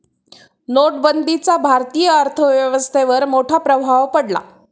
नोटबंदीचा भारतीय अर्थव्यवस्थेवर मोठा प्रभाव पडला